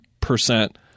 percent